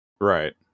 right